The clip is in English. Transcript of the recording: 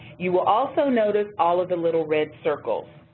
you will also notice all of the little red circles.